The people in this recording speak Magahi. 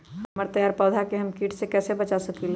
हमर तैयार पौधा के हम किट से कैसे बचा सकलि ह?